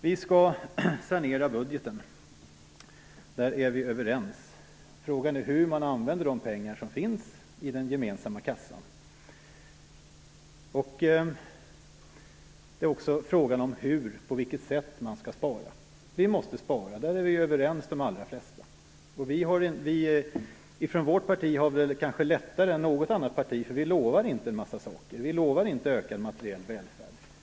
Vi är överens om att sanera budgeten. Frågan är hur man använder de pengar som finns i den gemensamma kassan och på vilket sätt man skall spara, något som de allra flesta av oss är överens om. Vi från vårt parti har det kanske lättare än något annat parti, för vi lovar inte en massa saker. Vi lovar inte ökad materiell välfärd.